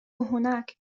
هناك